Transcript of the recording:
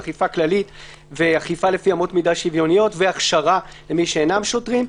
אכיפה כללית ואכיפה לפי אמות מידה שוויוניות והכשרה למי שאינם שוטרים.